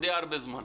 די הרבה זמן.